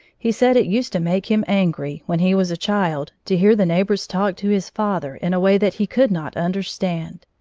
he said it used to make him angry, when he was a child, to hear the neighbors talk to his father in a way that he could not understand.